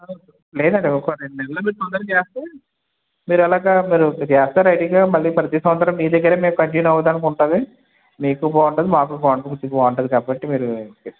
లేదండి ఒక రెండు నెలలో మీరు తొందరగా చేస్తే మీరు ఎలాగా మీరు చేస్తే రెడీగా మళ్ళీ ప్రతి సంవత్సరం మీ దగ్గరే మేము కంటిన్యూ అవ్వడానికి ఉంటుంది మీకు బాగుంటుంది మాకు బాగుంటుంది బాగుంటుంది కాబట్టి మీరు